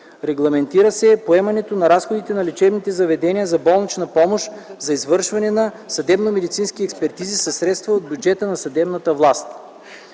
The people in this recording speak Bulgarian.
Регламентира се поемането на разходите на лечебните заведения за болнична помощ за извършване на съдебномедицински експертизи със средства от бюджета на съдебната власт.